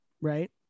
right